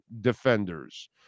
defenders